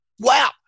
Wow